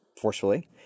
Forcefully